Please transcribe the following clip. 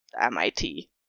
MIT